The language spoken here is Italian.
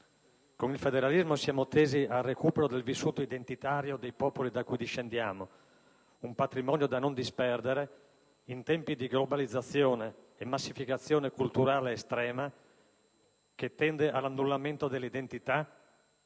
Con il federalismo siamo tesi al recupero del vissuto identitario dei popoli da cui discendiamo. Un patrimonio da non disperdere, in tempi di globalizzazione e massificazione culturale estrema, che tende all'annullamento delle identità,